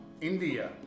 India